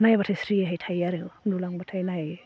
नायब्लाथाय स्रिहाय थायो आरो उन्दुलांब्लाथाय नायो